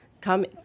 come